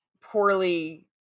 poorly